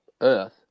Earth